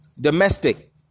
Domestic